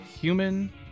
human